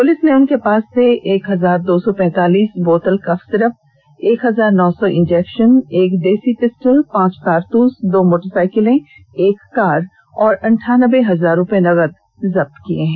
police ने उनके पास से एक हजार दो सौ पैंतालीस बोतल कफ सिरफ एक हजार नौ सौ इंजेक्शन एक देसी पिस्टल पांच कारतूस दो मोटरसाइकिल एक कार और अंठानबे हजार रूपये नगद जब्त किए हैं